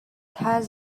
has